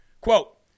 Quote